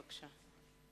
בבקשה.